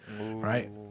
right